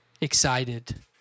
excited